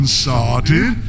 started